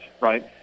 right